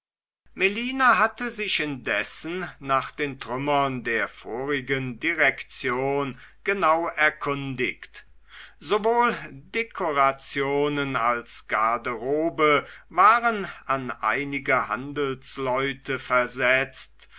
melina hatte sich indessen nach den trümmern der vorigen direktion genau erkundigt sowohl dekorationen als garderobe waren an einige handelsleute versetzt